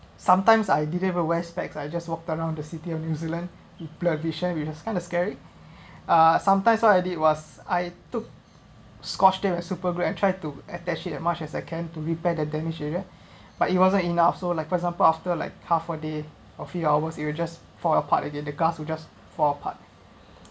sometimes I didn’t even wear specs I just walk down the city of new zealand with blurred vision if you know kind of scary uh sometimes what I did was I took squash them a super grand I try to attach it as much as I can to repair the damage area but it wasn't enough so like for example after like half a day or three hours it will just fall apart again the glass will just fall apart